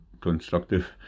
constructive